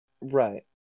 right